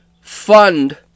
fund